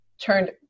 turned